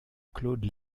claude